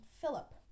Philip